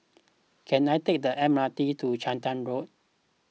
can I take the M R T to Charlton Road